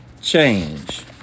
change